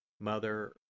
Mother